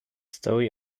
story